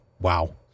wow